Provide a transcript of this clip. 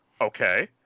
Okay